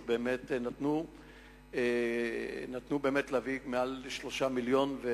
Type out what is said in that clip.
עזרו לנו להביא מעל 3 מיליוני תיירים,